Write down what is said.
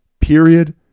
Period